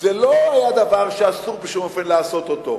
זה לא היה דבר שאסור בשום אופן לעשות אותו,